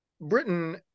Britain